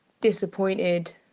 disappointed